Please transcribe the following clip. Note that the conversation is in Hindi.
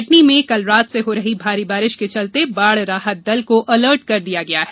कटनी में कल रात से हो रही भारी बारिश के चलते बाढ़ राहत दल को अलर्ट कर दिया गया है